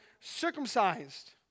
circumcised